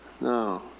no